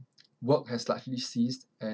work has largely ceased and